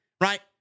right